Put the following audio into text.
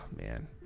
man